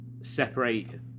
separate